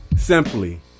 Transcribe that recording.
Simply